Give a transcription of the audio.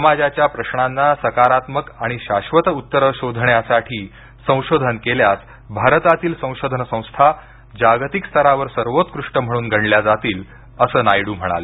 समाजाच्या प्रश्नांना सकारात्मक आणि शाश्वत उत्तरं शोधण्यासाठी संशोधन केल्यास भारतातील संशोधन संस्था जागतिक स्तरावर सर्वोत्कृष्ट म्हणून गणल्या जातील असं नायडू म्हणाले